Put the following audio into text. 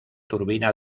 turbina